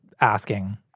asking